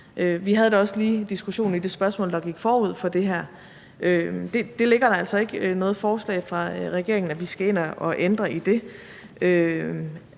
Vi havde også lige den diskussion i det spørgsmål, der gik forud for det her. Der ligger altså ikke noget forslag fra regeringen om, at vi skal ind at ændre i det.